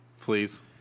Please